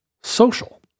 social